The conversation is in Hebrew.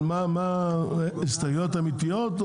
אבל הסתייגויות אמיתיות?